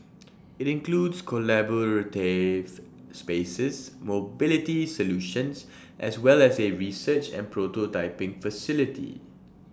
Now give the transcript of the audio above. IT includes collaborative spaces mobility solutions as well as A research and prototyping facility